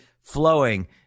flowing